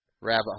rabbit